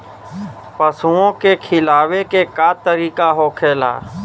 पशुओं के खिलावे के का तरीका होखेला?